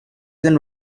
then